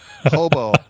hobo